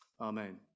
Amen